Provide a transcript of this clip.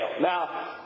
Now